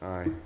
Aye